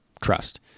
trust